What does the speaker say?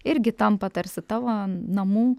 irgi tampa tarsi tavo namų